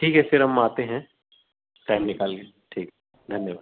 ठीक है फिर हम आते हैं टाइम निकाल कर ठीक धन्यवाद